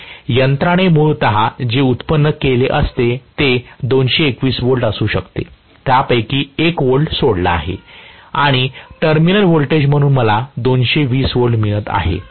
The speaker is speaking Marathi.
तर यंत्राने मूळतः जे व्युत्पन्न केले असते ते 221 V असू शकते त्यापैकी 1 V सोडला आहे आणि टर्मिनल व्होल्टेज म्हणून मला 220 मिळत आहे